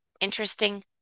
interesting